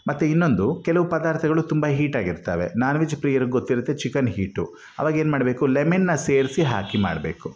ಮತ್ತು ಇನ್ನೊಂದು ಕೆಲವು ಪದಾರ್ಥಗಳು ತುಂಬ ಹೀಟಾಗಿರ್ತಾವೆ ನಾನ್ ವೆಜ್ ಪ್ರಿಯರಿಗೆ ಗೊತ್ತಿರುತ್ತೆ ಚಿಕನ್ ಹೀಟು ಅವಾಗೇನು ಮಾಡಬೇಕು ಲೆಮನ್ನ ಸೇರಿಸಿ ಹಾಕಿ ಮಾಡಬೇಕು